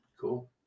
Cool